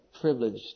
privileged